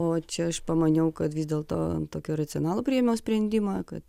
o čia aš pamaniau kad vis dėlto tokį racionalų priėmiau sprendimą kad